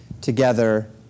together